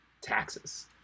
taxes